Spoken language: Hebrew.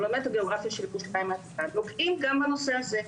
הוא לומד גיאוגרפיה של ירושלים העתיקה נוגעים גם בנושא הזה.